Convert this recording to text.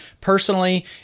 personally